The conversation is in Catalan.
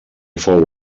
fou